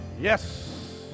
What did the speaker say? Yes